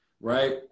right